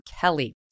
Kelly